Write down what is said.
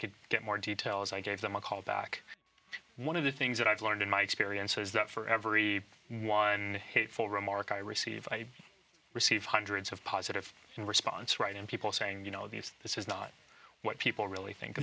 could get more details i gave them a call back one of the things that i've learned in my experience is that for every one hateful remark i receive i receive hundreds of positive response right in people saying you know these this is not what people really think